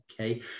okay